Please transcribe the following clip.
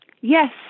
Yes